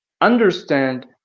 understand